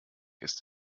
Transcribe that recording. ist